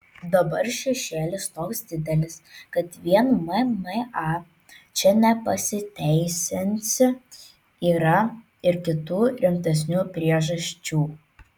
dabar šešėlis toks didelis kad vien mma čia nepasiteisinsi yra ir kitų rimtesnių priežasčių